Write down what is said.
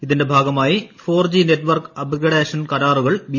ഇതിന്റെ ഭാഗമായി four G network upgradation കരാറുകൾ ബി